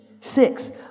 Six